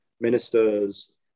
ministers